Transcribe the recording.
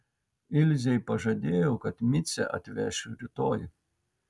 ilzei pažadėjau kad micę atvešiu rytoj